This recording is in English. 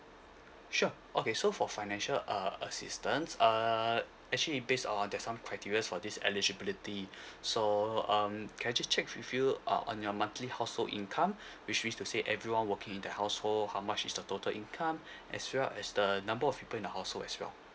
sure okay so for financial uh assistance uh actually based on there's some criterias for this eligibility so um can I just check with you uh on your monthly household income which wish to say everyone working in the household how much is the total income as well as the number of people in the household as well